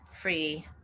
free